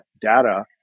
data